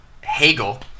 Hegel